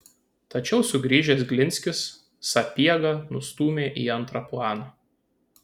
tačiau sugrįžęs glinskis sapiegą nustūmė į antrą planą